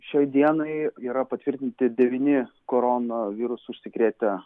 šiai dienai yra patvirtinti devyni koronavirusu užsikrėtę